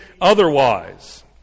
otherwise